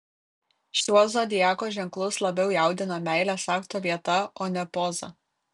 šiuos zodiako ženklus labiau jaudina meilės akto vieta o ne poza